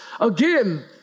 again